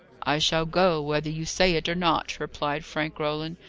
i shall go, whether you say it or not, replied frank roland.